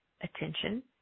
attention